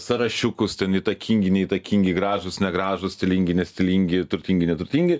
sąrašiukus ten įtakingi neįtakingi gražūs negražūs stilingi nestilingi turtingi neturtingi